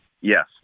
yes